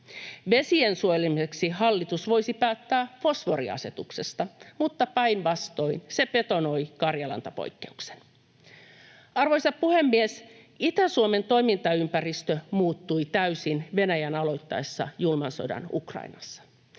Vesien suojelemiseksi hallitus voisi päättää fosforiasetuksesta, mutta päinvastoin se betonoi karjalantapoikkeuksen. Arvoisa puhemies! Itä-Suomen toimintaympäristö muuttui täysin Venäjän aloittaessa julman sodan Ukrainassa.